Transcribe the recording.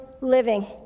living